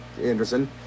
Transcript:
Anderson